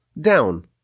down